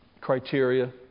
criteria